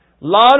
lot